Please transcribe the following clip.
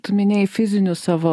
tu minėjai fizinius savo